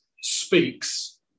speaks